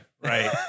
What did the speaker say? right